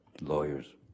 Lawyers